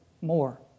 more